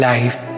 Life